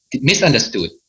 misunderstood